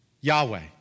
Yahweh